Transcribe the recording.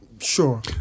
Sure